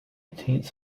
teens